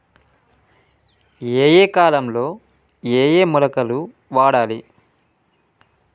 ఏయే కాలంలో ఏయే మొలకలు వాడాలి?